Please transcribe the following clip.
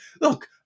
Look